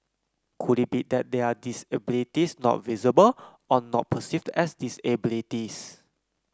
could it be that there are disabilities not visible or not perceived as disabilities